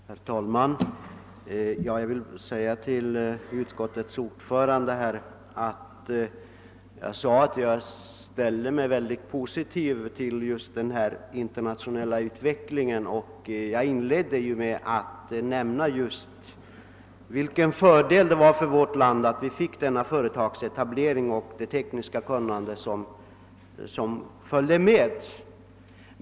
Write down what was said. Herr talman! Jag vill påpeka för utskottets ordförande att jag sade att jag ställer mig positiv till denna internationella utveckling. Jag inledde med att nämna just vilken fördel för vårt land som denna företagsetablering är, det kapitaltillskott det medför och det tekniska kunnande som följer med den.